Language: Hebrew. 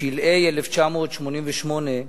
שלהי 1988,